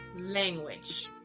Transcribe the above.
language